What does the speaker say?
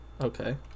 Okay